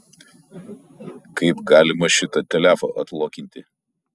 kaip galima šitą telefą atlokinti